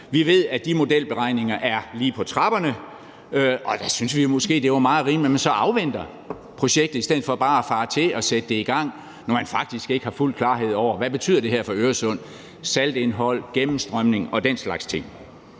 Vi ved, at de modelberegninger er lige på trapperne, og der synes vi måske, at det er meget rimeligt, at man så venter med projektet i stedet for bare at fare ud og sætte det i gang, når man faktisk ikke har fuld klarhed over, hvad det her betyder for Øresund – saltindhold, gennemstrømning og den slags ting.